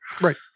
Right